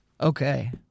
Okay